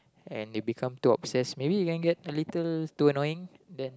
and they become too obsessed maybe you can get a little too annoying then